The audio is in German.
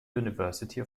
university